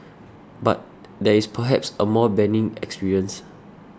but there is perhaps a more benign experience